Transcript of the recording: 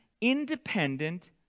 independent